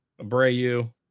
Abreu